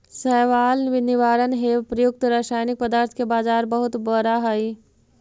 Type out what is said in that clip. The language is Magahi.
शैवाल निवारण हेव प्रयुक्त रसायनिक पदार्थ के बाजार बहुत बड़ा हई